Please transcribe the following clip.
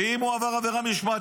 ואם הוא עבר עבירה משמעתית,